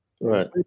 right